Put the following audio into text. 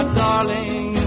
darling